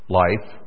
life